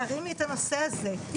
תרימי את הנושא הזה.